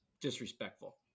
disrespectful